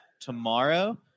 tomorrow